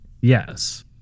yes